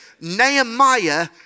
Nehemiah